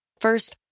First